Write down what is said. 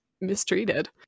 mistreated